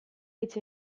hitz